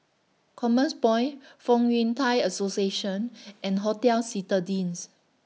Commerce Point Fong Yun Thai Association and Hotel Citadines